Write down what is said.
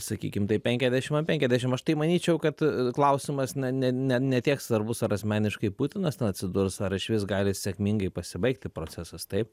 sakykim tai penkiasdešim an penkiasdešim aš tai manyčiau kad klausimas na ne ne ne tiek svarbus ar asmeniškai putinas ten atsidurs ar išvis gali sėkmingai pasibaigti procesas taip